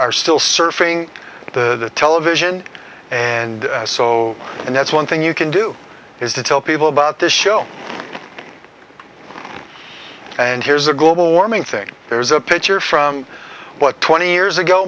are still surfing the television and so and that's one thing you can do is to tell people about this show and here's a global warming thing there's a picture from what twenty years ago